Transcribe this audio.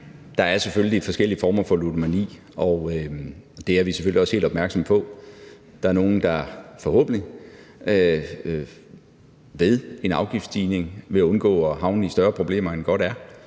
Der er selvfølgelig forskellige former for ludomani, og det er vi selvfølgelig også helt opmærksomme på. Der er nogle, der, forhåbentlig, ved en afgiftsstigning vil undgå at havne i større problemer, end godt er,